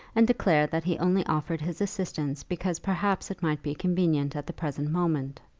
and declared that he only offered his assistance because perhaps it might be convenient at the present moment.